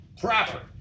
proper